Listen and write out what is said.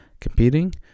competing